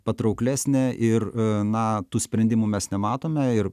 patrauklesnė ir na tų sprendimų mes nematome ir